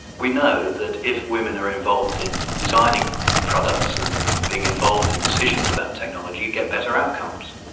we know that if women are involved in designing products and being involved in decisions about technology, you get better outcomes.